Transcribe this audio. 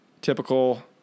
typical